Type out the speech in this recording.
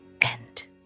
end